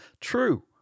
true